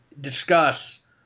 discuss